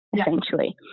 essentially